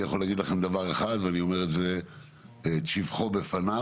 אני יכול להגיד לכם דבר אחד ואני אומר את שבחו בפניו.